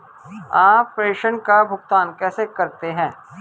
आप प्रेषण का भुगतान कैसे करते हैं?